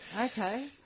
Okay